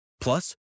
Plus